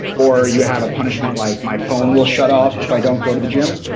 or you have a punishment like, my phone will shut off if i don't go to the gym,